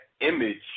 image